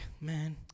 man